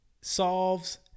solves